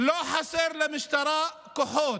לא חסרים לה כוחות.